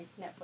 Netflix